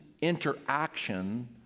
interaction